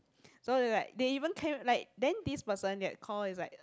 so then like they even came like then this person that call is like a